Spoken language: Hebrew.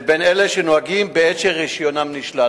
לבין אלה שנוהגים בעת שרשיונם נשלל.